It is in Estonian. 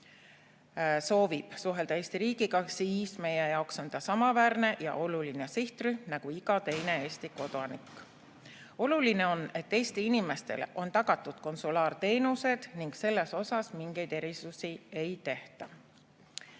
soovib suhelda Eesti riigiga, siis meie jaoks on ta samaväärne ja oluline sihtrühm nagu iga teine Eesti kodanik. Oluline on, et Eesti inimestele on tagatud konsulaarteenused, ning selles mingeid erisusi ei tehta. Aadu